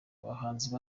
abahanzi